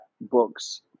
books